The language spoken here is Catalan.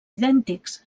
idèntics